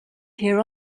hear